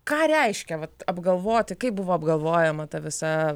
ką reiškia vat apgalvoti kaip buvo apgalvojama ta visa